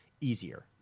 easier